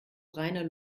reiner